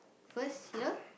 first here